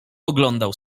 oglądał